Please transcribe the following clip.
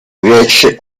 riesce